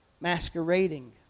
masquerading